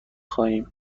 خواهیم